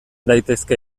daitezke